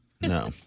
No